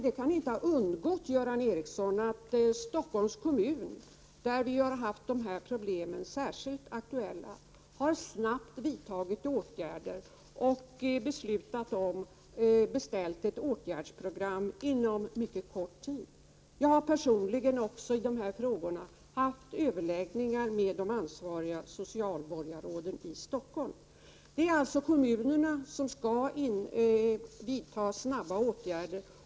Det kan inte ha undgått Göran Ericsson att Stockholms kommun, där de här problemen har varit särskilt aktuella, snabbt har vidtagit åtgärder och beställt ett åtgärdsprogram som skall vara färdigt inom mycket kort tid. I dessa frågor har jag personligen haft överläggningar med de ansvariga socialborgarråden i Stockholm. Det är alltså kommunerna som snabbt skall vidta åtgärder.